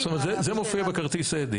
זאת אומרת, זה מופיע בכרטיס אדי.